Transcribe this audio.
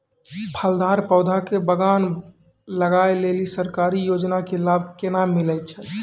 फलदार पौधा के बगान लगाय लेली सरकारी योजना के लाभ केना मिलै छै?